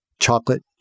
chocolate